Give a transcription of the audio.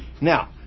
Now